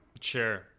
sure